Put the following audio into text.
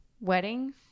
wedding